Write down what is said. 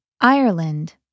Ireland